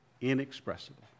Inexpressible